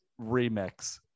remix